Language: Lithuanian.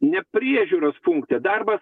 ne priežiūros funkcija darbas